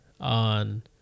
On